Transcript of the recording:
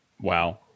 Wow